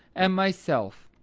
and myself.